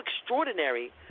extraordinary